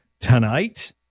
tonight